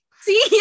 See